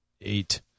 Eight